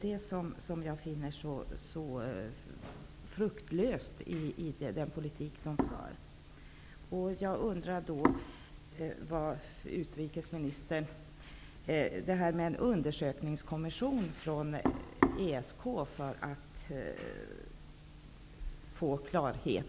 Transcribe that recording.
Därför finner jag den politik som förs så fruktlös. Jag undrar då vad utrikesministern anser om en undersökningskommission från ESK för att vinna klarhet ...